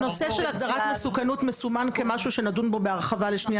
הנושא הזה של הגדרת מסוכנות מסומן כמשהו שנדון בו בהרחבה לשנייה,